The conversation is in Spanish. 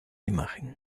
imagen